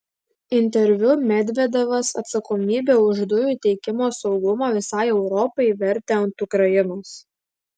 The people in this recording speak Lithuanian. interviu medvedevas atsakomybę už dujų tiekimo saugumą visai europai vertė ant ukrainos